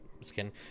skin